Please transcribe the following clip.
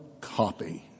copy